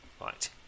Right